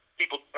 people